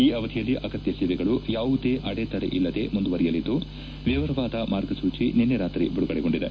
ಈ ಅವಧಿಯಲ್ಲಿ ಅಗತ್ಯ ಸೇವೆಗಳು ಯಾವುದೇ ಅಡೆತಡೆಯಿಲ್ಲದೆ ಮುಂದುವರಿಯಲಿದ್ದು ವಿವರವಾದ ಮಾರ್ಗಸೂಚಿ ನಿನ್ನೆ ರಾತ್ರಿ ಬಿಡುಗಡೆಗೊಂಡಿದೆ